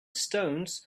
stones